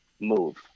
move